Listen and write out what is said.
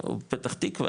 פתח תקווה,